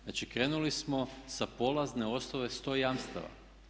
Znači, krenuli smo sa polazne osnove 100 jamstava.